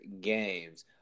games